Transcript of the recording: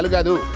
babu.